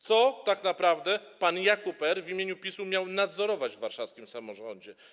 Co tak naprawdę pan Jakub R. w imieniu PiS-u miał nadzorować w warszawskim samorządzie?